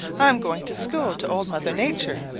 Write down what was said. i'm going to school to old mother nature,